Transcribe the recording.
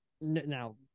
now